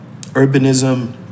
urbanism